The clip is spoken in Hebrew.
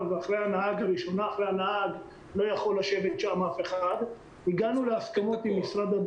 9. לא ביקשנו מכרזים חדשים.